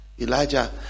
Elijah